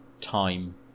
time